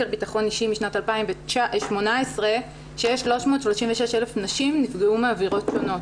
בטחון אישי משנת 2018 שיש 336,000 נשים שנפגעו מעבירות שונות,